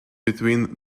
between